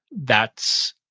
that's,